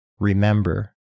Remember